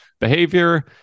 behavior